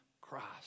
Christ